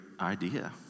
idea